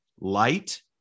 light